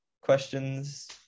questions